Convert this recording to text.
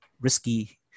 risky